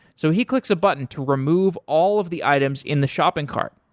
so he clicks a button to remove all of the items in the shopping cart.